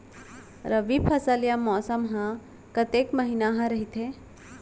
रबि फसल या मौसम हा कतेक महिना हा रहिथे?